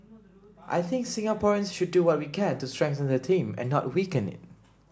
I think Singaporeans should do what we can to strengthen that team and not weaken it